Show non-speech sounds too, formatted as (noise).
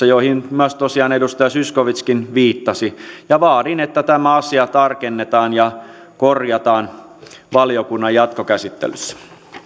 (unintelligible) joihin myös tosiaan edustaja zyskowicz viittasi ja vaadin että tämä asia tarkennetaan ja korjataan valiokunnan jatkokäsittelyssä